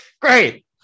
Great